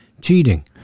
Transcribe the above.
cheating